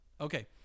Okay